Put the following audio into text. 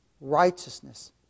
righteousness